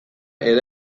ere